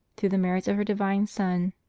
through the merits of her divine son,